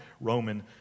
Roman